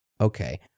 okay